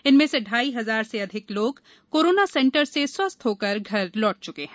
इनमें से ढाई हजार से अधिक व्यक्ति कोरोना सेंटर से स्वस्थ होकर घर लौट गये हैं